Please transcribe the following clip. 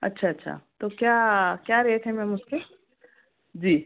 अच्छा अच्छा तो क्या क्या रेट है मैम उसके जी